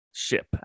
ship